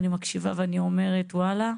אני מקשיבה ואני אומרת וואלה,